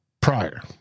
prior